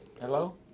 Hello